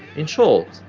in short,